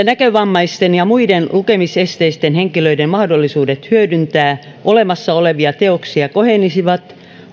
näkövammaisten ja muiden lukemisesteisten henkilöiden mahdollisuudet hyödyntää olemassa olevia teoksia kohenisivat